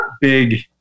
big